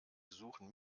besuchen